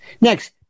Next